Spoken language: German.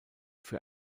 für